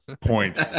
point